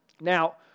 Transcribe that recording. Now